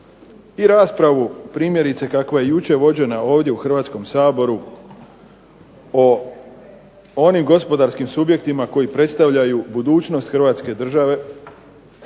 kakva je primjerice jučer vođena ovdje u Hrvatskom saboru o onim gospodarskim subjektima koji predstavljaju budućnost Države